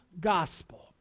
gospel